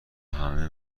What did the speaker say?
همه